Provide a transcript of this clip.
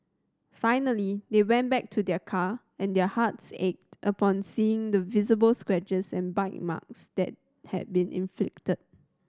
finally they went back to their car and their hearts ached upon seeing the visible scratches and bite marks that had been inflicted